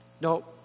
No